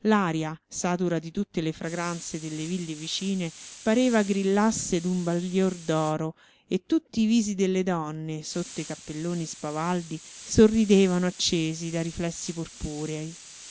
l'aria satura di tutte le fragranze delle ville vicine pareva grillasse d'un baglior d'oro e tutti i visi delle donne sotto i cappelloni spavaldi sorridevano accesi da riflessi purpurei